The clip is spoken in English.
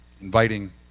inviting